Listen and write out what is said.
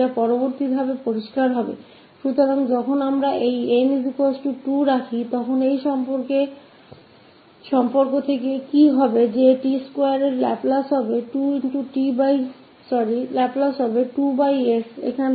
यह आगे पता चलेगा सो जब हम रखते है n2 क्या होगा इस reation का की t2 का लाप्लास होगा 2s यहाँ से